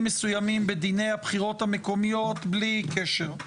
מסוימים בדיני הבחירות המקומיות בלי קשר,